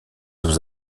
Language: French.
aux